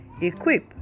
equip